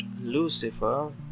Lucifer